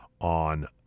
on